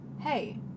hey